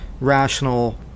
rational